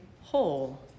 whole